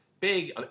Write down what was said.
big